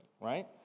right